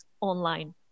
online